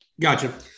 Gotcha